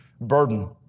burden